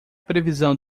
previsão